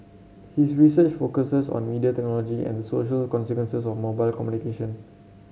his research focuses on media technology and social consequences of mobile communication